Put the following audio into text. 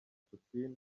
putin